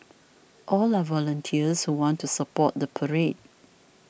all are volunteers who want to support the parade